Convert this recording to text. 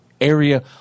area